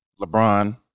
LeBron